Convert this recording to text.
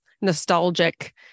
nostalgic